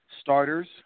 starters